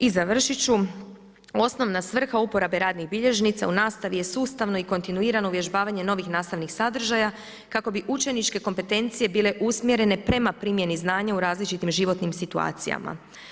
I završit ću, osnovna svrha uporabe radnih bilježnica u nastavi je sustavno i kontinuirano uvježbavanje novih nastavnih sadržaja kako bi učeničke kompetencije bile usmjerene prema primjeni znanja u različitim životnim situacijama.